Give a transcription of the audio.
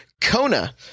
Kona